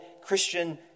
Christian